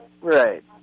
Right